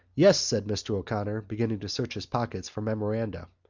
yes, said mr. o'connor, beginning to search his pockets for memoranda.